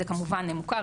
זה כמובן מוכר,